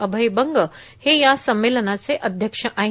अभय बंग हे या संमेलनाचे अध्यक्ष आहेत